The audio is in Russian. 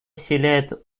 вселяет